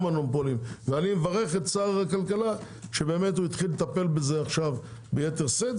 אני מברך את שר הכלכלה שהתחיל לטפל בעניין המונופולים ביתר שאת עכשיו,